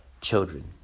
Children